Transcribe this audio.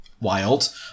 wild